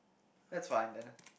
that's fine then